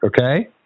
Okay